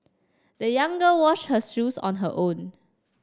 the young girl washed her shoes on her own